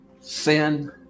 sin